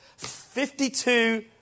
52